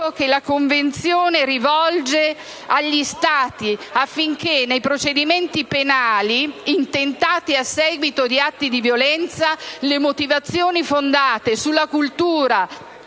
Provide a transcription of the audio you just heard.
che la Convenzione rivolge agli Stati affinché nei procedimenti penali intentati a seguito di atti di violenza le motivazioni fondate sulla cultura,